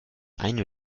eine